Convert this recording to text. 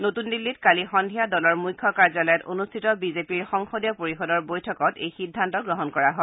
নতুন দিল্লীত কালি সন্ধিয়া দলৰ মুখ্য কাৰ্যালয়ত অনুষ্ঠিত বিজেপিৰ সংসদীয় পৰিষদৰ বৈঠকত এই সিদ্ধান্ত গ্ৰহণ কৰা হয়